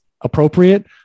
appropriate